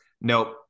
nope